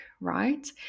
right